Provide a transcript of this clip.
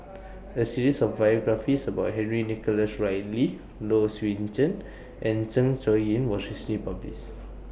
A series of biographies about Henry Nicholas Ridley Low Swee Chen and Zeng Shouyin was recently published